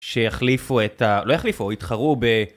שיחליפו את ה... לא יחליפו, התחרו ב...